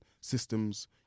systems